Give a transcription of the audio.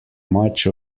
much